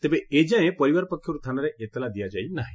ତେବେ ଏଯାଏଁ ପରିବାର ପକ୍ଷରୁ ଥାନାରେ ଏତଲା ଦିଆଯାଇ ନାହି